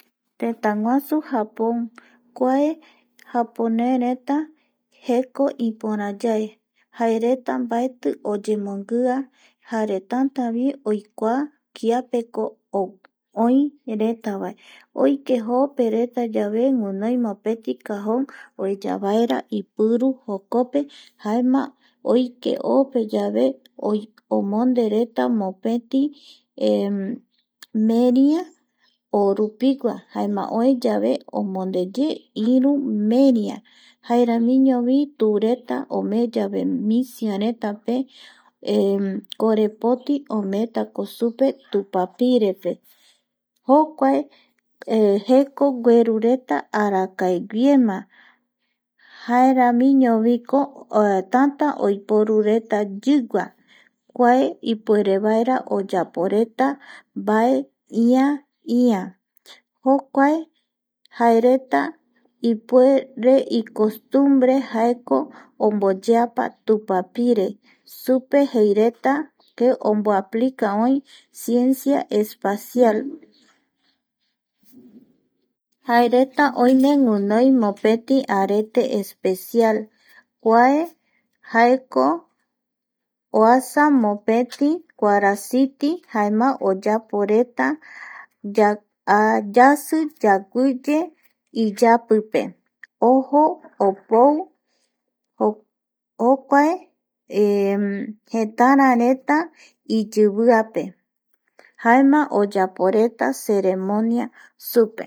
Tëtäguasu Japon kuae japonereta jeko iporayae jaereta mbaeti oyembonguia jare tatavi oikua kiapeko oi retavae oike opereta yave guinoi mopeti icajon oeyavaera ipiru jokope jaema oike ope yave omondereta mopeti meria orupigua jaema oeyave omondeye iru meria jaeramiñovi tureta omee yave misiaretapeyave korepoti omeetako supereta tupapirepe jokuae jekoreta gueru arakaeguiema jaeramiñoviko tanta oiporureta yigua kua ipuerevaera oyaporeta mbae ïa ïa jokuae jaereta ipuere icostumbre jaeko omboyepa tupapire supe jeireta que omboaplica oï ciencias espacial jaereta oime guinoi mopeti coete especial kuae jaeko oasa mopeti kuarasiti jaema oyaporeta yasi yaguiye iyapipe ojo opou jokuae jetarareta iyiviape, jaema oyaporeta eremonia supe